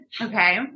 Okay